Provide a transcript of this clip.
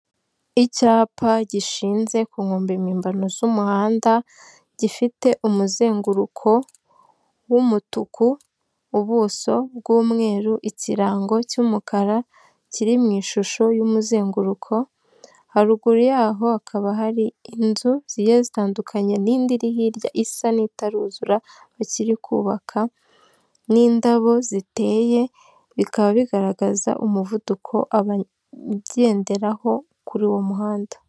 Icyapa gishinze ku nkombe mpimbano z'umuhanda, gifite umuzenguruko w'umutuku, ubuso bw'umweru, ikirango cy'umukara, kiri mu ishusho y'umuzenguruko, haruguru yaho hakaba hari inzu zigiye zitandukanyekanye, n'indi iri hirya isa n'itaruzura bakiri kubaka, n'indabo ziteye bikaba bigaragaza umuvuduko abagenderaho kuri uwo muhanda.